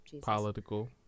Political